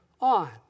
on